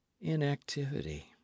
inactivity